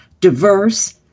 diverse